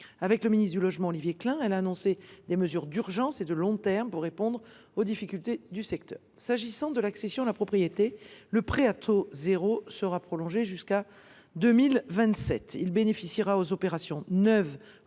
collègue chargé du logement, Olivier Klein, elle a également annoncé des mesures d’urgence et de long terme pour répondre aux difficultés du secteur. S’agissant de l’accession à la propriété, le prêt à taux zéro sera prolongé jusqu’en 2027. Il s’appliquera aux opérations neuves